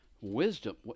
Wisdom